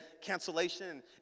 cancellation